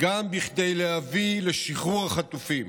גם כדי להביא לשחרור החטופים.